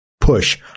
push